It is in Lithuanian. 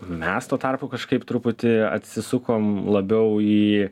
mes tuo tarpu kažkaip truputį atsisukom labiau į